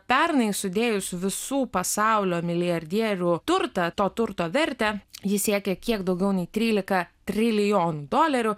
pernai sudėjus visų pasaulio milijardierių turtą to turto vertę ji siekė kiek daugiau nei trylika trilijonų dolerių